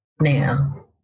now